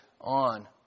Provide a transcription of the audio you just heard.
on